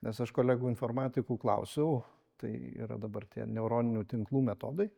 nes aš kolegų informatikų klausiau tai yra dabar tie neuroninių tinklų metodai